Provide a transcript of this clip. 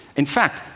in fact,